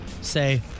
say